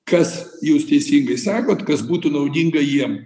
kas jūs teisingai sakot kas būtų naudinga jiem